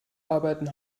arbeiten